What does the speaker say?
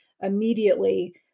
immediately